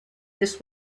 this